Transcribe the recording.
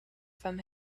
from